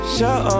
Show